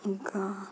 ఇంకా